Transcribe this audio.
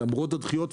למרות הדחיות.